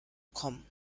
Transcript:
kommen